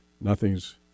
nothing's